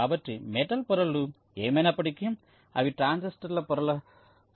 కాబట్టి మెటల్ పొరలు ఏమైనప్పటికీ అవి ట్రాన్సిస్టర్ల పొర పై సృష్టించబడతాయి